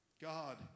God